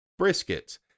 briskets